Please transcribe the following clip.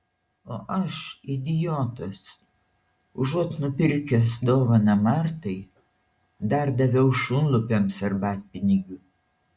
o aš idiotas užuot nupirkęs dovaną martai dar daviau šunlupiams arbatpinigių